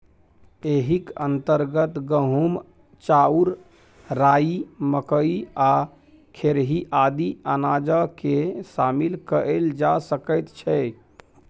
एहिक अंतर्गत गहूम, चाउर, राई, मकई आ खेरही आदि अनाजकेँ शामिल कएल जा सकैत छै